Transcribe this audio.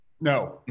No